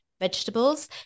vegetables